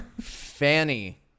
Fanny